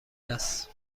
است